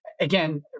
again